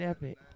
Epic